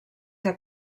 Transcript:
que